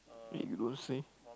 wait you don't say